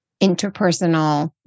interpersonal